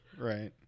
right